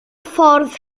ffordd